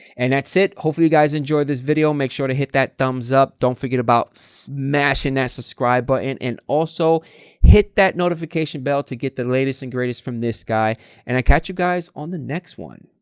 and that said hopefully you guys enjoyed this video make sure to hit that thumbs up don't forget about smashing that subscribe button and also hit that notification bell to get the latest and greatest from this guy and i catch you guys on the next one.